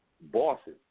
bosses